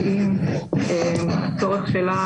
ואם הצורך שלה,